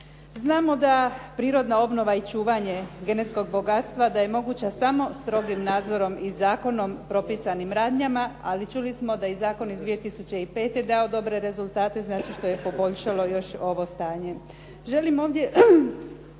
Znamo da prirodna obnova i čuvanje genetskog bogatstva, da je moguća samo strogim nadzorom i zakonom propisanim radnjama ali čuli smo da je i zakon iz 2005. dao dobre rezultate zato što je poboljšalo još ovo stanje.